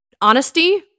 Honesty